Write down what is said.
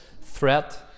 threat